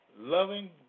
loving